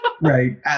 right